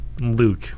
Luke